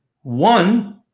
One